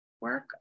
work